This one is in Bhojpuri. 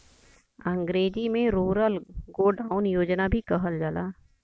अंग्रेजी में रूरल गोडाउन योजना भी कहल जाला